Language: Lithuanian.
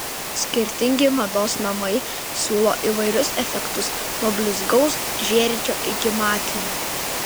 skirtingi mados namai siūlo įvairius efektus nuo blizgaus žėrinčio iki matinio